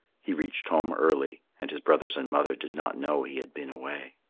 he reached home early, and his brothers and mother did not know he had been away.